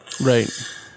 Right